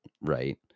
right